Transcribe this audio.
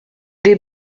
des